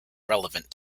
relevant